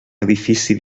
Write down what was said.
edifici